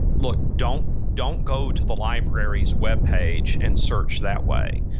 look, don't don't go to the library's webpage and search that way.